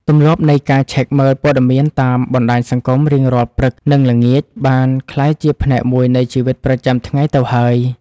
ទម្លាប់នៃការឆែកមើលព័ត៌មានតាមបណ្ដាញសង្គមរៀងរាល់ព្រឹកនិងល្ងាចបានក្លាយជាផ្នែកមួយនៃជីវិតប្រចាំថ្ងៃទៅហើយ។